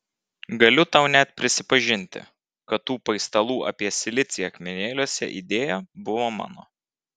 galiu tau net prisipažinti kad tų paistalų apie silicį akmenėliuose idėja buvo mano